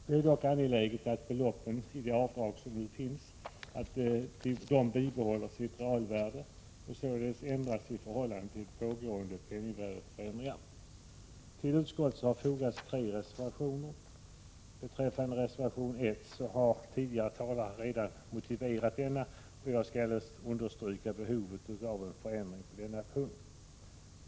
Det är dock angeläget att beloppen i de avdrag som nu finns bibehåller sitt realvärde och således ändras i förhållande till pågående penningvärdeförändringar. Till utskottsbetänkandet har fogats tre reservationer. Reservation 1 har tidigare talare redan motiverat, och jag skall endast understryka behovet av en förändring på denna punkt.